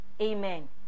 Amen